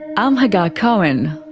i'm hagar cohen.